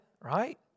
right